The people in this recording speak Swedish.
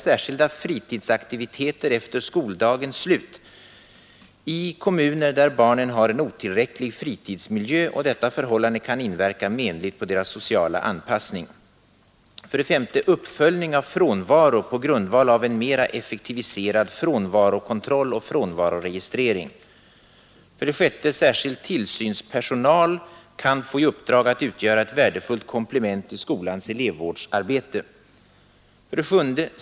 Särskilda fritidsaktiviteter efter skoldagens slut i kommuner där barnen har en otillräcklig fritidsmiljö och detta förhållande kan inverka menligt på deras sociala anpassning. 6. Särskild tillsynspersonal kan utgöra ett värdefullt komplement i skolans elevvårdsarbete. 7.